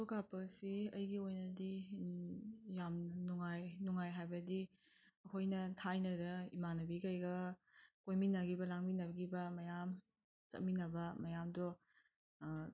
photo ꯀꯥꯞꯄ ꯑꯁꯤ ꯑꯩꯒꯤ ꯑꯣꯏꯅꯗꯤ ꯌꯥꯝ ꯅꯨꯡꯉꯥꯏ ꯅꯨꯡꯉꯥꯏ ꯍꯥꯏꯕꯗꯤ ꯑꯩꯈꯣꯏꯅ ꯊꯥꯏꯅꯗ ꯏꯃꯥꯟꯅꯕꯤꯒꯩꯒ ꯀꯣꯏꯃꯤꯟꯅꯒꯤꯕ ꯂꯥꯡꯃꯤꯟꯅꯒꯤꯕ ꯃꯌꯥꯝ ꯆꯠꯃꯤꯟꯅꯕ ꯃꯌꯥꯝꯗꯣ